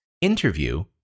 interview